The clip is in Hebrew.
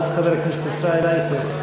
חבר הכנסת ישראל אייכלר,